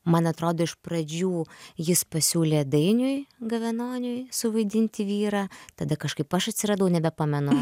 man atrodo iš pradžių jis pasiūlė dainiui gavenoniui suvaidinti vyrą tada kažkaip aš atsiradau nebepamenu